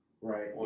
right